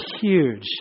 huge